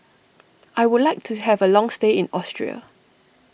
I would like to have a long stay in Austria